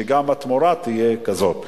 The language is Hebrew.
שגם התמורה תהיה כזאת.